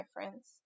difference